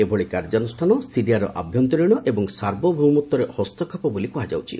ଏଭଳି କାର୍ଯ୍ୟାନୁଷ୍ଠାନ ସିରିଆର ଆଭ୍ୟନ୍ତରୀଣ ଏବଂ ସାର୍ବଭୌମତ୍ୱରେ ହସ୍ତକ୍ଷେପ ବୋଲି କୁହାଯାଇଛି